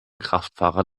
kraftfahrer